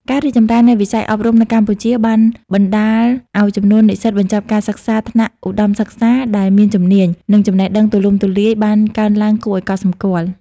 ការរីកចម្រើននៃវិស័យអប់រំនៅកម្ពុជាបានបណ្តាលឲ្យចំនួននិស្សិតបញ្ចប់ការសិក្សាថ្នាក់ឧត្តមសិក្សាដែលមានជំនាញ និងចំណេះដឹងទូលំទូលាយបានកើនឡើងគួរឲ្យកត់សម្គាល់។